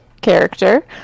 character